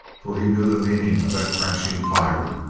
for he knew the meaning of that crashing fire.